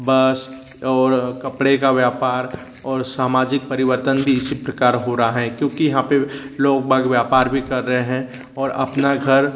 बस और कपड़े का व्यापार और सामाजिक परिवर्तन भी इसी प्रकार हो रहा है क्योंकि यहाँ पर लोग मग व्यापार भी कर रहे हैं और अपना घर